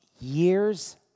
years